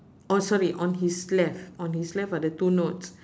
oh sorry on his left on his left ada two notes